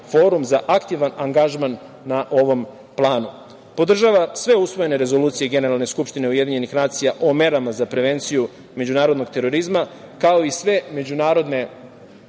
forum za aktivan angažman na ovom planu. Podržava sve usvojene rezolucije Generalne skupštine UN o merama za prevenciju međunarodnog terorizma, kao i sve međunarodne